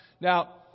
Now